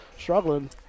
struggling